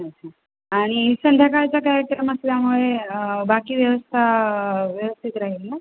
अच्छा आणि संध्याकाळचा कार्यक्रम असल्यामुळे बाकी व्यवस्था व्यवस्थित राहील ना